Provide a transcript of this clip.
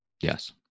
yes